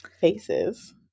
faces